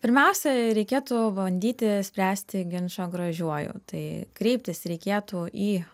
pirmiausia reikėtų bandyti spręsti ginčą gražiuoju tai kreiptis reikėtų į